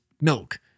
milk